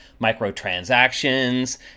microtransactions